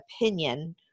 opinion